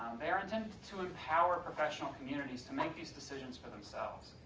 they are intended to empower professional communities to make these decisions for themselves.